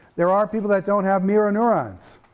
there are people that don't have mirror neurons,